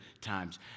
times